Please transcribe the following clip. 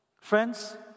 Friends